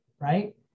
right